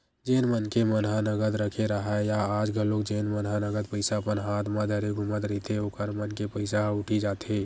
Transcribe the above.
जेन मनखे मन ह नगद रखे राहय या आज घलोक जेन मन ह नगद पइसा अपन हात म धरे घूमत रहिथे ओखर मन के पइसा ह उठी जाथे